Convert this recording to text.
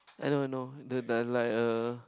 I know I know the the like a